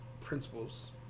principles